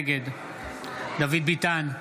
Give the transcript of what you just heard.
נגד דוד ביטן,